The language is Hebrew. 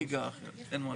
ליגה אחרת, אין מה לדבר.